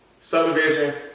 subdivision